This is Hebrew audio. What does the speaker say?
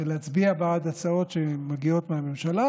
ולהצביע בעד הצעות שמגיעות מהממשלה,